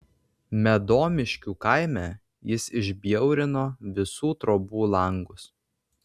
medomiškių kaime jis išbjaurino visų trobų langus